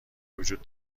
وجود